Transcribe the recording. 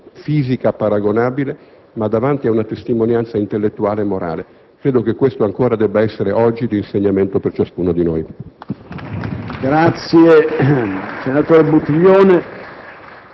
fisica paragonabile, ma davanti ad una testimonianza intellettuale e morale. Credo che questo ancora debba essere oggi di insegnamento per ciascuno di noi.